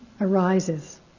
arises